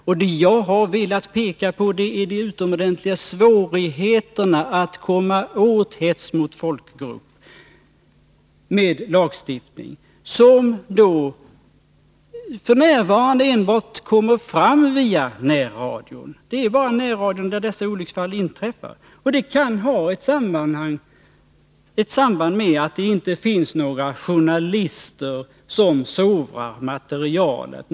Vad jag har velat peka på är de utomordentligt stora svårigheterna attmed Nr 162 lagstiftning komma åt hets mot folkgrupp, som f. n. kommer fram enbart via Onsdagen den närradion. Det är bara i närradion som dessa olycksfall inträffar, och det kan 2 juni 1982 ha ett samband med att det inte finns några journalister som sovrar materialet.